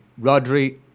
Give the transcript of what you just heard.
Rodri